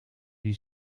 die